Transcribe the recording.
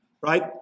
right